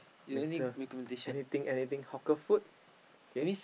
later anything anything hawker food okay